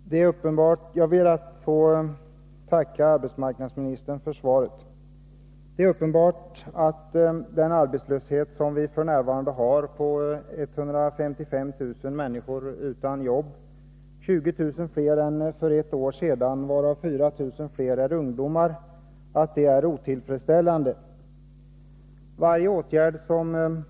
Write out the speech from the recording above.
Nr 104 Herr talman! Jag ber att få tacka arbetsmarknadsministern för svaret. Tisdagen den Det är uppenbart att den arbetslöshet vi f. n. har, med 155 000 människor 22 mars 1983 utan jobb — 20 000 fler än för ett år sedan, varav 4 000 fler är ungdomar — är otillfredsställande. Om ökad syssel Varje åtgärd som